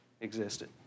existed